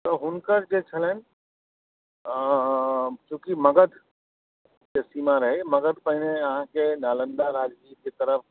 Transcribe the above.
तऽ हुनकर जे छलनि चूँकि मगधके सीमा रहै मगध पहिने अहाँकेँ नालन्दा राजगीरके तरफ